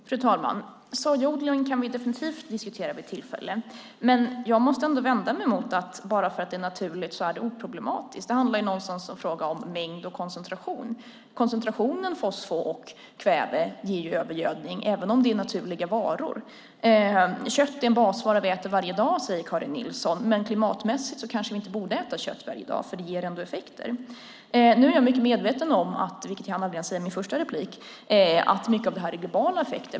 Fru talman! Sojaodlingarna kan vi definitivt diskutera vid tillfälle. Jag måste ändå vända mig mot att bara för att det är naturligt är det oproblematiskt. Det är ju någonstans en fråga om mängd och koncentrationen. Koncentrationen av fosfor och kväve ger övergödning även om det är naturliga varor. Kött är en basvara som vi äter varje dag, säger Karin Nilsson. Men klimatmässigt kanske vi inte borde äta kött varje dag, för det ger ändå miljöeffekter. Nu är jag mycket medveten om, vilket jag inte hann säga i min första replik, att mycket av det här är globala effekter.